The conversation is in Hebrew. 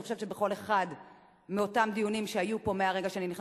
אני חושבת שבכל אחד מאותם דיונים שהיו פה מהרגע שאני נכנסתי,